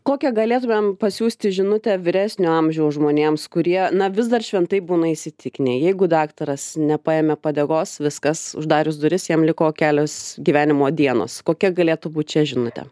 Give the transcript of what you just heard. kokią galėtumėm pasiųsti žinutę vyresnio amžiaus žmonėms kurie na vis dar šventai būna įsitikinę jeigu daktaras nepaėmė padėkos viskas uždarius duris jam liko kelios gyvenimo dienos kokia galėtų būt čia žinutė